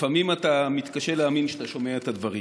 ולפעמים אתה מתקשה להאמין כשאתה שומע את הדברים.